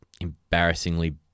embarrassingly